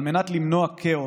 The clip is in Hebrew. על מנת למנוע כאוס,